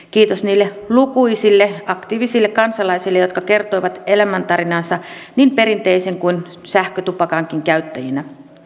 kiitos niille lukuisille aktiivisille kansalaisille jotka kertoivat elämäntarinaansa niin perinteisen kuin sähkötupakankin käyttäjinä